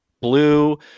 blue